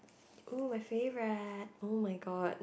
oh my favorite oh-my-god